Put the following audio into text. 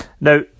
Now